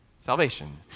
salvation